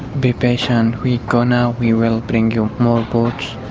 be patient, we go now, we will bring you more boats,